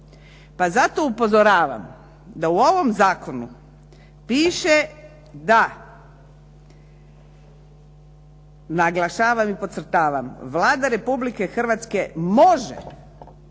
Pa zato upozoravam da u ovom zakonu piše da, naglašavam i podcrtavam. Vlada Republike Hrvatske može